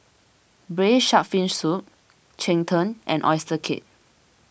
Braised Shark Fin Soup Cheng Tng and Oyster Cake